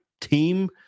team